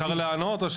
אפשר לענות?